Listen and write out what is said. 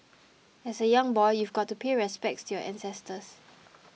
as a young boy you've got to pay respects to your ancestors